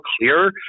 clear